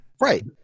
Right